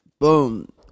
Boom